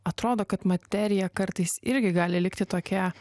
atrodo kad materija kartais irgi gali likti tokia